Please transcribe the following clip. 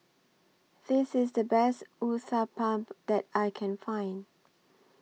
This IS The Best Uthapam that I Can Find